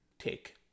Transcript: Take